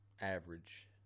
average